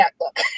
look